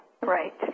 Right